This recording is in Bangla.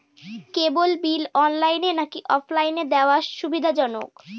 কেবল বিল অনলাইনে নাকি অফলাইনে দেওয়া সুবিধাজনক?